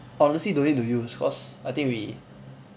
honestly don't need to use cause I think we